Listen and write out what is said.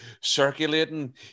circulating